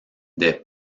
des